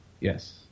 Yes